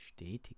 bestätigen